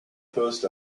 post